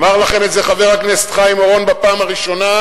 אמר לכם את זה חבר הכנסת חיים אורון בפעם הראשונה,